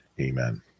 Amen